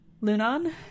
Lunan